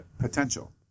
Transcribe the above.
potential